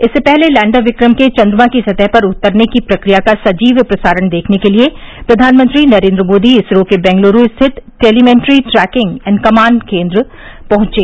इससे पहले लैण्डर विक्रम के चन्द्रमा की सतह पर उतरने की प्रक्रिया का सजीव प्रसारण देखने के लिए प्रधानमंत्री नरेन्द्र मोदी इसरो के बेंगलूरू स्थित telemetry tracking and command network केन्द्र पहुंचे